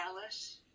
Alice